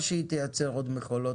למה שהיא תייצר עוד מכולות?